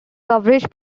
coverage